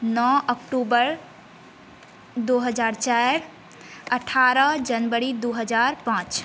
नओ अक्टूबर दू हज़ार चारि अठ्ठारह जनवरी दू हज़ार पाँच